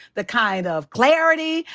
the kind of clarity,